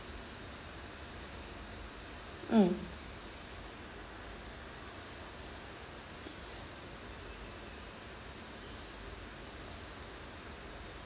mm